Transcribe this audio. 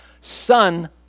son